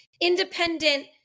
independent